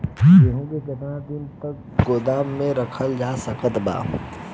गेहूँ के केतना दिन तक गोदाम मे रखल जा सकत बा?